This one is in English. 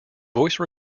voice